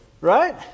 Right